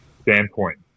standpoint